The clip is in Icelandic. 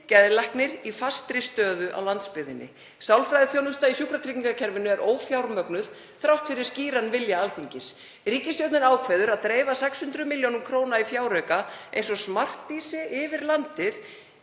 geðlæknir í fastri stöðu á landsbyggðinni. Sálfræðiþjónusta í sjúkratryggingakerfinu er ófjármögnuð þrátt fyrir skýran vilja Alþingis. Ríkisstjórnin ákveður að dreifa 600 millj. kr. í fjárauka eins og smartísi yfir landið